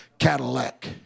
Cadillac